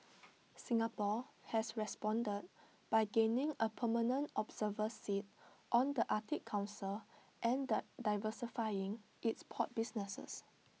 Singapore has responded by gaining A permanent observer seat on the Arctic Council and diversifying its port businesses